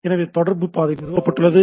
எனவே தொடர்பு பாதை நிறுவப்பட்டுள்ளது